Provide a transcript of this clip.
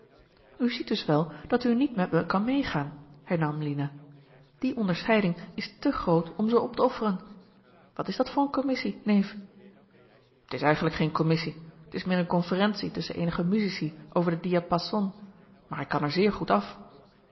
ziet dus wel dat u niet met me kan meegaan hernam lina die onderscheiding is te groot om ze op te offeren wat is dat voor eene commissie neef t is eigenlijk geen commissie t is meer eene conferentie tusschen eenige musici over den diapason maar ik kan er zeer goed af